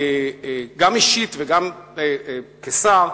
גם אישית וגם כשר,